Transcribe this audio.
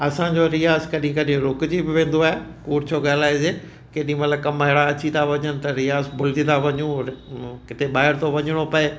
असांजो रियाज़ कॾहिं कॾहिं रूकिजी बि वेंदो आहे कूड़ छो ॻाल्हाइजे केॾी महिल कम एड़ा अची था वञनि त रियाज़ भुलजी था वञू किथे ॿाहिरि थो वञिणो पए